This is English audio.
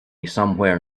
somewhere